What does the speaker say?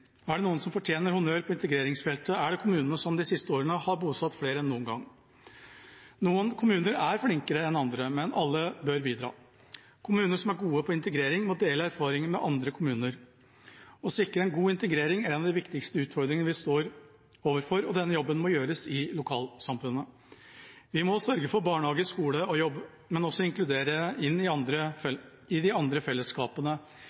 er det noen som fortjener honnør på integreringsfeltet, er det kommunene som de siste årene har bosatt flere enn noen gang. Noen kommuner er flinkere enn andre, men alle bør bidra. Kommuner som er gode på integrering, må dele erfaringer med andre kommuner. Å sikre en god integrering er en av de viktigste utfordringene vi står overfor, og denne jobben må gjøres i lokalsamfunnene. Vi må sørge for barnehage, skole og jobb, men også inkludere inn i de andre fellesskapene